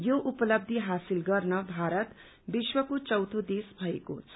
यो उपलब्धी हासिल गर्ने भारत विश्वको चौथो देश भएको छ